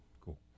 Cool